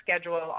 schedule